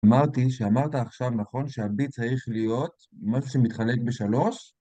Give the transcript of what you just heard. אמרתי שאמרת עכשיו נכון שהביט צריך להיות משהו שמתחלק בשלוש?